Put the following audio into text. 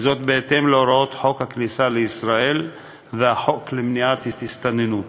בהתאם להוראות חוק הכניסה לישראל והחוק למניעת הסתננות.